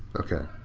okay.